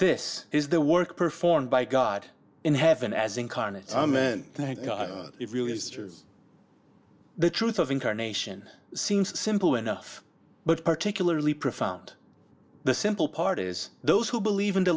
this is the work performed by god in heaven as incarnate amen thank god it really is the truth of incarnation seems simple enough but particularly profound the simple part is those who believe in the